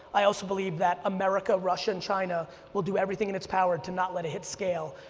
i also believe that america, russia, and china will do everything in its power to not let it hit scale,